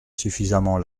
suffisamment